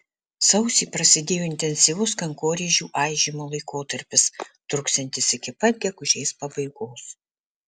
sausį prasidėjo intensyvus kankorėžių aižymo laikotarpis truksiantis iki pat gegužės pabaigos